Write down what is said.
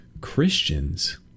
Christians